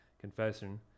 confession